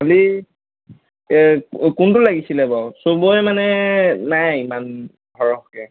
খালি এই কোনটো লাগিছিলে বাৰু চবৰে মানে নাই ইমান সৰহকৈ